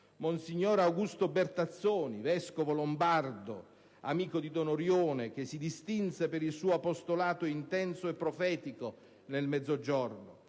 monsignor Augusto Bertazzoni, vescovo lombardo, amico di don Orione, che si distinse per il suo apostolato intenso e profetico nel Mezzogiorno;